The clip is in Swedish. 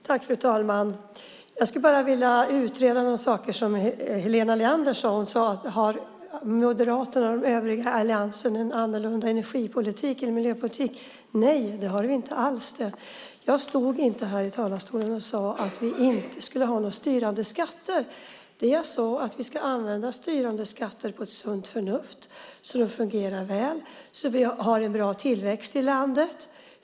Fru talman! Jag skulle bara vilja utreda några saker som Helena Leander sade. Hon undrade om Moderaterna och de övriga i alliansen har en annorlunda energipolitik och miljöpolitik. Nej, det har vi inte alls. Jag stod inte här i talarstolen och sade att vi inte ska ha några styrande skatter. Jag sade att vi ska använda styrande skatter med sunt förnuft så att de fungerar väl och så att vi får en bra tillväxt i landet.